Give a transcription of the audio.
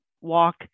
walk